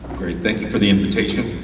thank you for the invitation.